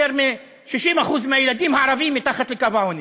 יותר מ-60% מהילדים הערבים מתחת לקו העוני.